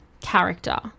character